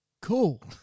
Cool